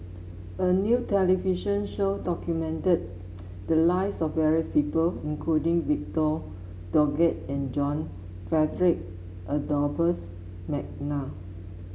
a new television show documented the lives of various people including Victor Doggett and John Frederick Adolphus McNair